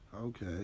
Okay